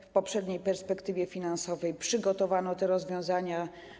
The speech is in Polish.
W poprzedniej perspektywie finansowej przygotowano te rozwiązania.